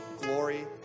glory